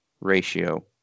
ratio